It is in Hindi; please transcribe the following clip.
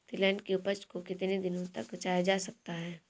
तिलहन की उपज को कितनी दिनों तक बचाया जा सकता है?